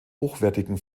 hochwertigen